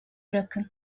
bırakın